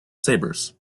sabres